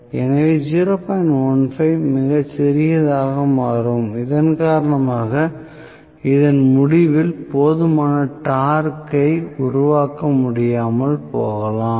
15 மிகச் சிறியதாக மாறும் இதன் காரணமாக இதன் முடிவில் போதுமான டார்க் ஐ உருவாக்க முடியாமல் போகலாம்